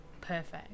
perfect